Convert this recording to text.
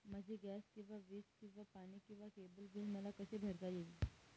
माझे गॅस किंवा वीज किंवा पाणी किंवा केबल बिल मला कसे भरता येईल?